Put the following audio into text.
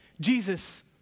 Jesus